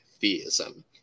theism